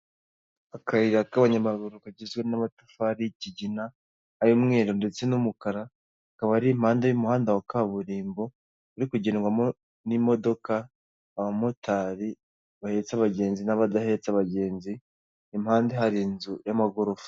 Akayira k'abanyamaguru kagizwe n'amatafari y'ikigina ay'umweru ndetse n'umukara akaba ari impande y'umuhanda wa kaburimbo uri kugendwamo n'imodoka, abamotari bahetse abagenzi, n'abadahetse abagenzi impande hari inzu y'amagorofa.